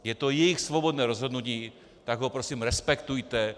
Je to jejich svobodné rozhodnutí, tak ho prosím respektujte.